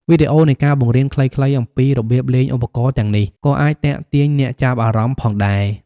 វីដេអូនៃការបង្រៀនខ្លីៗអំពីរបៀបលេងឧបករណ៍ទាំងនេះក៏អាចទាក់ទាញអ្នកចាប់អារម្មណ៍ផងដែរ។